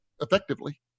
effectively